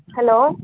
hello